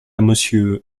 monsieur